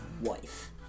wife